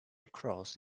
cross